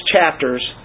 chapters